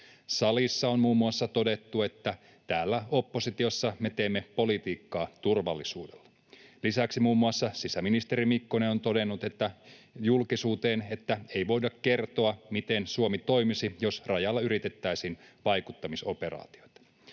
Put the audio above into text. Salissa on muun muassa todettu, että täällä oppositiossa me teemme politiikkaa turvallisuudella. Lisäksi muun muassa sisäministeri Mikkonen on todennut julkisuuteen, että ei voida kertoa, miten Suomi toimisi, jos rajalla yritettäisiin vaikuttamisoperaatioita.